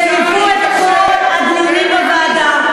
שליוו את כל הדיונים בוועדה.